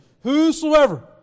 Whosoever